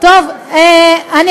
אז הם